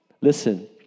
Listen